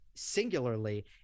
Singularly